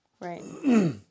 Right